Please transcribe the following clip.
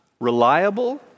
reliable